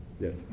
Yes